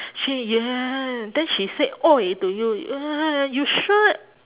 she then she say !oi! to you uh you sure